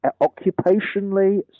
occupationally